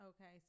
Okay